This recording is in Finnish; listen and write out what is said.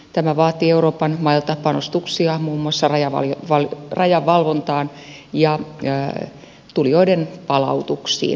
tämä vaatii euroopan mailta panostuksia muun muassa rajavalvontaan ja tulijoiden palautuksiin